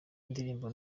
indirimbo